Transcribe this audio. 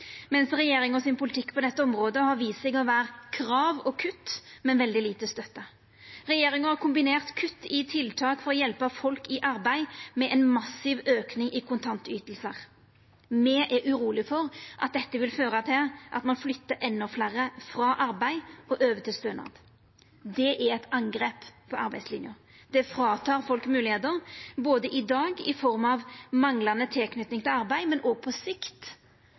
mens regjeringas politikk på dette området har vist seg å vera krav og kutt, men veldig lita støtte. Regjeringa har kombinert kutt i tiltak for å hjelpa folk i arbeid med ein massiv auke i kontantytingar. Me er urolege for at dette vil føra til at ein flytter endå fleire frå arbeid og over til stønad. Det er eit angrep på arbeidslinja. Det tek frå folk moglegheiter både i dag i form av manglande tilknyting til arbeid og òg på sikt